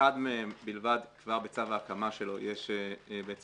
אחד מהם בלבד כבר בצו ההקמה שלו יש בעצם